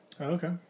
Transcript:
Okay